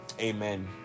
Amen